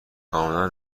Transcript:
کاملا